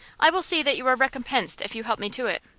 i will see that you are recompensed if you help me to it.